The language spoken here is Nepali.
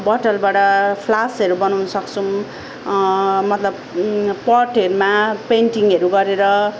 बटलबाट फ्लासहरू बनाउन सक्छौँ मतलब पटहरूमा पेन्टिङहरू गरेर